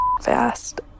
fast